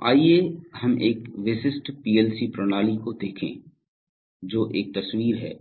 तो आइए हम एक विशिष्ट पीएलसी प्रणाली को देखें जो एक तस्वीर है